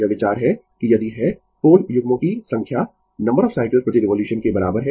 यह विचार है कि यदि है पोल युग्मों की संख्या नंबर ऑफ साइकल्स प्रति रिवोल्यूशन के बराबर है